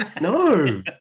No